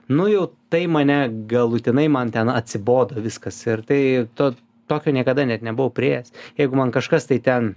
nu jau tai mane galutinai man ten atsibodo viskas ir tai to tokio niekada net nebuvau priėjęs jeigu man kažkas tai ten